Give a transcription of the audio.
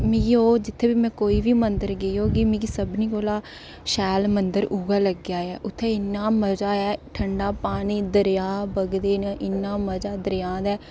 मिगी ओह् में जित्थै बी कोई बी मंदर गे होगे मीं सभनें कोला शैल मंदर उ'ऐ लग्गेआ ऐ उत्थै इ'न्ना मज़ा ऐ इ'न्ना पानी दरेआ बगदे इ'न्ना मज़ा दरेआ दा ऐ